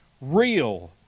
real